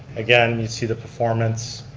again, you see the performance.